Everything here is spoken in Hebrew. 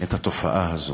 את התופעה הזאת,